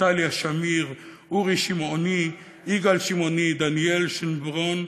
עתליה שמיר, אורי שמעוני, דניאל שנברון,